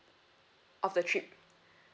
of the trip